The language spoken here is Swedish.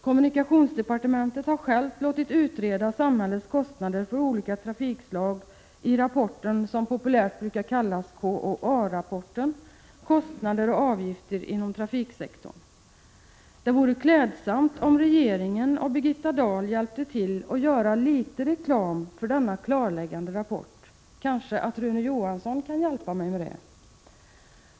Kommunikationsdepartementet har självt låtit utreda samhällets kostnader för olika trafikslag i den rapport som populärt 173 brukar kallas KOA-rapporten, Kostnader och avgifter inom trafiksektorn. Det vore klädsamt om regeringen och Birgitta Dahl hjälpte till att göra litet reklam för denna klarläggande rapport. Kanske kan Rune Johansson hjälpa till med det.